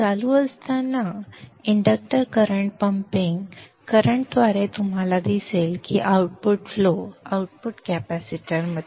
चालू असताना inductor current pumping current द्वारे तुम्हाला दिसेल की आउटपुट फ्लो आउटपुट कॅपेसिटरमध्ये